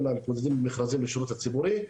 המתמודדים עם מכרזים בשירות הציבורי,